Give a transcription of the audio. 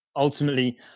ultimately